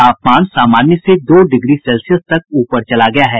तापमान सामान्य से दो डिग्री सेल्सियस तक ऊपर चला गया है